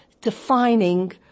defining